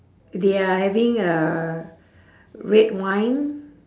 they are having uh red wine